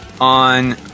on